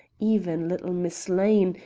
even little miss lane,